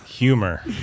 Humor